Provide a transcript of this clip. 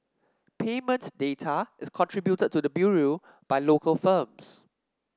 payment data is contributed to the Bureau by local firms